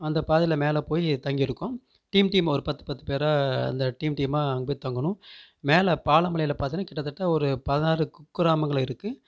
அந்தப் பாதையில் மேலே போய் தங்கிருக்கோம் டீம் டீம் ஒரு பத்து பத்துப் பேராக அந்த டீம் டீமாக அங்கே போய் தங்கணும் மேலே பாலமலையில் பார்த்தீங்கன்னா கிட்டத்தட்ட ஒரு பதினாறு குக்கிராமங்கள் இருக்குது